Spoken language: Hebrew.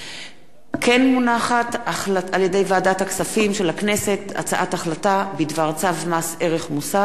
החלטת ועדת הכספים בדבר צו מס ערך מוסף (שיעור